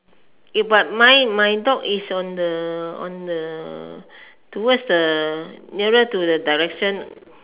but my my dog is on the on the towards the nearer to the direction